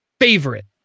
favorite